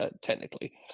technically